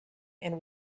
and